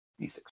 D6